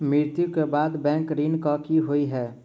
मृत्यु कऽ बाद बैंक ऋण कऽ की होइ है?